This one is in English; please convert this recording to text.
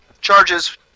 charges